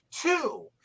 Two